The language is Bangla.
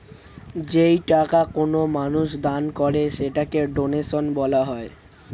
যেই টাকা কোনো মানুষ দান করে সেটাকে ডোনেশন বলা হয়